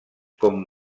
com